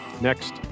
next